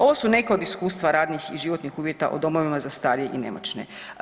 Ovo su nekad od iskustva radnih i životnih uvjeta u domovima za starije i nemoćne.